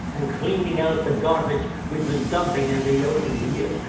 and cleaning out the garbage we've been dumping in the ocean for years.